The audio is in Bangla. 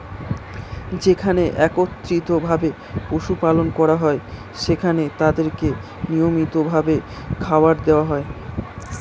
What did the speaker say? যেখানে একত্রিত ভাবে পশু পালন করা হয়, সেখানে তাদেরকে নিয়মিত ভাবে খাবার দেওয়া হয়